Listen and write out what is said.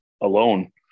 alone